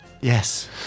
Yes